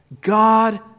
God